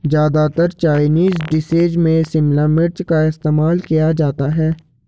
ज्यादातर Chinese dishes में शिमला मिर्च का इस्तेमाल किया जाता है